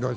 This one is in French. La